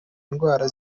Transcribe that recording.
indwara